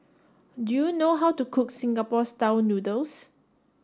do you know how to cook Singapore style noodles